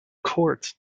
court